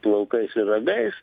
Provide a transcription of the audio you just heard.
plaukais ir ragais